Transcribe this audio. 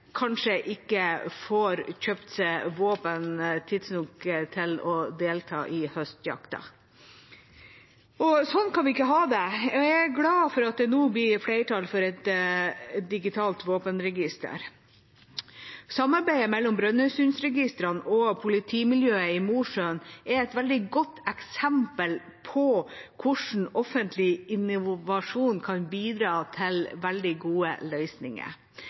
kanskje ikke får kjøpt seg våpen tidsnok til å delta i høstjakta. Sånn kan vi ikke ha det. Jeg er glad for at det nå blir flertall for et digitalt våpenregister. Samarbeidet mellom Brønnøysundregistrene og politimiljøet i Mosjøen er et veldig godt eksempel på hvordan offentlig innovasjon kan bidra til veldig gode løsninger.